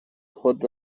خود